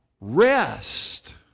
rest